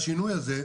השינוי הזה,